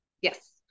Yes